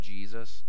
Jesus